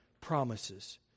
promises